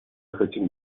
хотим